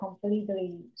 completely